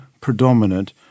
predominant